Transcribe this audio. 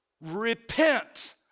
Repent